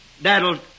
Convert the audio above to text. That'll